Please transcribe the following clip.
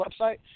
website